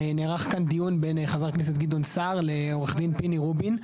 נערך כאן דיון בין חבר הכנסת גדעון סער לעו"ד פיני רובין,